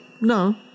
no